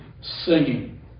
singing